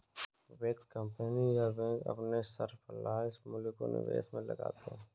व्यक्ति, कंपनी या बैंक अपने सरप्लस मूल्य को निवेश में लगाते हैं